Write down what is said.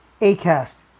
Acast